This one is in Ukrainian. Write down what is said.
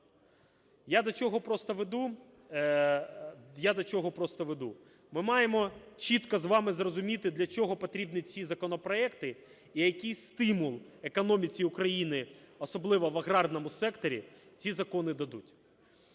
я до чого просто веду. Ми маємо чітко з вами зрозуміти, для чого потрібні ці законопроекти і який стимул економіці України, особливо в аграрному секторі, ці закони дадуть.